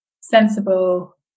sensible